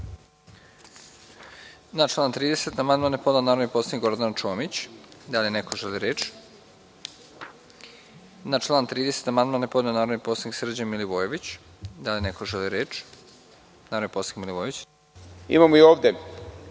Imamo i ovde